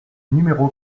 numéro